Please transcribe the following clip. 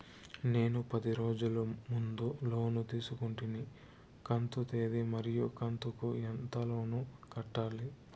నేను పది రోజుల ముందు లోను తీసుకొంటిని కంతు తేది మరియు కంతు కు ఎంత లోను కట్టాలి?